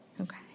Okay